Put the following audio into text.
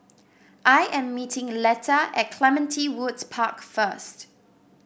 I am meeting Letta at Clementi Woods Park first